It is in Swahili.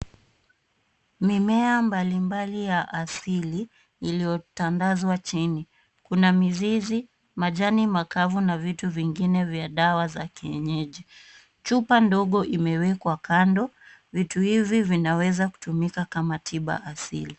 Mimea mbalimbali ya asili iliotandazwa chini, kuna mizizi, majani makavu na vitu vingine vya dawa za kienyeji, chupa ndogo imewekwa kando, vitu hivi vinaweza kutumika kama tiba asili.